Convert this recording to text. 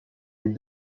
les